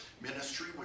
ministry